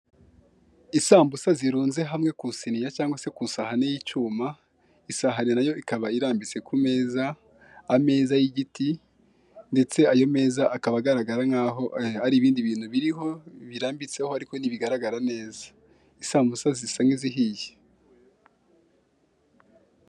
Isambusa zirunze hamwe ku isiniya cyangwa se ku isahani y'icyuma, isahane na yo ikaba irambitse ku meza, ameza y'igiti ndetse ayo meza akaba agaragara nkaho ari ibindi bintu biriho, birambitseho ariko ntibigaragara neza, isambusa zisa nk'izihiye.